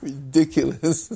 Ridiculous